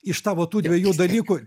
iš tavo tų dviejų dalykų